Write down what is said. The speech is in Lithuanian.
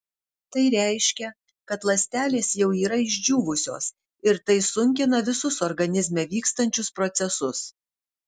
tai reiškia kad ląstelės jau yra išdžiūvusios ir tai sunkina visus organizme vyksiančius procesus